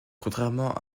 contrairement